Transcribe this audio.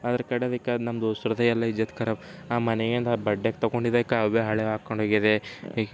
ಅದರ ಕಡೇದಕ್ಕೆ ನಮ್ಮ ದೋಸ್ತರದ್ದೇ ಎಲ್ಲ ಇಜತ್ ಖರಾಬು ಆ ಮೊನ್ನೆ ಎಲ್ಲಾ ಬಡ್ಡೆಗೆ ತಕೊಂಡಿದ್ದು ಇಕ ಅವೇ ಹಳೇವು ಹಾಕ್ಕೊಂಡು ಹೋಗಿದ್ದೆ ಈಗ